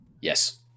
yes